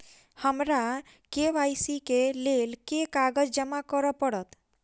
हमरा के.वाई.सी केँ लेल केँ कागज जमा करऽ पड़त?